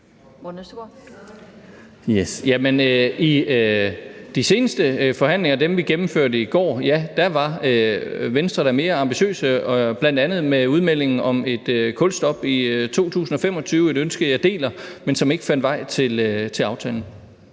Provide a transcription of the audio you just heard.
i de seneste forhandlinger, dem, vi gennemførte i går, ja, der var Venstre da mere ambitiøse, bl.a. med udmeldingen om et kulstop i 2025 – et ønske, jeg deler, men som ikke fandt vej til aftalen.